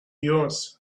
yours